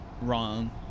wrong